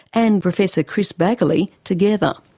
and professor chris baggoley together.